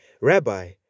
Rabbi